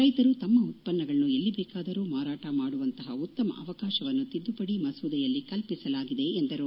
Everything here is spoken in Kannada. ರೈತರು ತಮ್ಮ ಉತ್ಪನ್ನಗಳನ್ನು ಎಲ್ಲಿ ಬೇಕಾದರೂ ಮಾರಾಟ ಮಾಡುವಂತಹ ಉತ್ತಮ ಅವಕಾಶವನ್ನು ತಿದ್ದುಪಡಿ ಮಸೂದೆಯಲ್ಲಿ ಕಲ್ಪಿಸಲಾಗಿದೆ ಎಂದರು